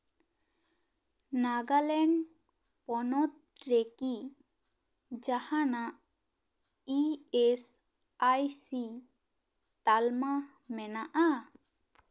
ᱱᱟᱜᱟᱞᱮᱱᱰ ᱯᱚᱱᱚᱛ ᱨᱮᱠᱤ ᱡᱟᱦᱟᱱᱟᱜ ᱤ ᱮᱥ ᱟᱭ ᱥᱤ ᱛᱟᱞᱢᱟ ᱢᱮᱱᱟᱜᱼᱟ